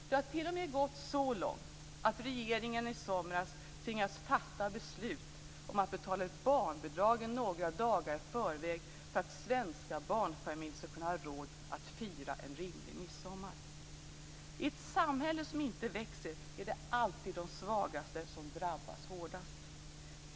Det har t.o.m. gått så långt att regeringen i somras tvingades fatta beslut om att betala ut barnbidragen några dagar i förväg för att svenska barnfamiljer skulle ha råd att fira en rimlig midsommar. I ett samhälle som inte växer är det alltid de svagaste som drabbas hårdast.